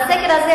בסקר הזה,